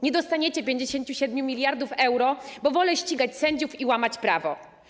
Nie dostaniecie 57 mld euro, bo wolę ścigać sędziów i łamać prawo.